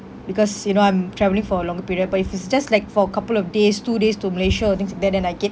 because you know I'm travelling for a longer period but if it's just like for a couple of days two days to malaysia or things like that then I get